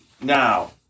Now